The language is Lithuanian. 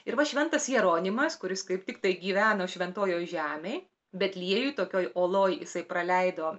ir va šventas jeronimas kuris kaip tiktai gyveno šventojoj žemėj betliejuj tokioj oloj jisai praleido